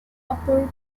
upper